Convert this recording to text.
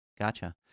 Gotcha